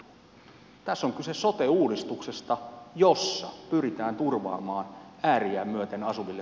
tässä on kyse sote uudistuksesta jossa pyritään turvaamaan sääriä myöten asuminen